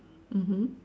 mmhmm